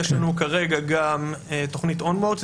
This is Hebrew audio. יש לנו כרגע גם תכנית Onward Israel,